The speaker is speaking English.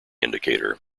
indicator